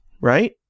right